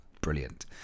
Brilliant